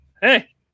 hey